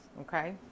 okay